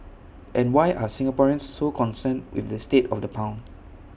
and why are Singaporeans so concerned with the state of the pound